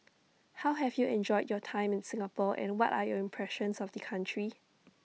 how have you enjoyed your time in Singapore and what are your impressions of the country